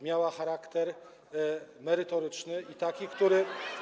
miała charakter merytoryczny i taki, który.